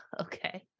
okay